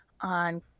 on